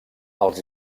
els